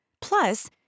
Plus